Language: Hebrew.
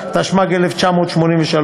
התשמ"ג 1983,